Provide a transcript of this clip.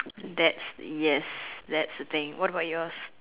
that's yes that's the thing what about yours